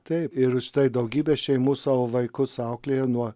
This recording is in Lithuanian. taip ir daugybė šeimų savo vaikus auklėja nuo